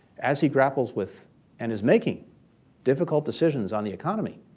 as he grapples with and is making difficult decisions on the economy.